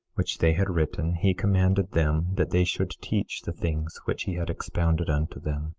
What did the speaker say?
which they had written, he commanded them that they should teach the things which he had expounded unto them.